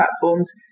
platforms